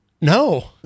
No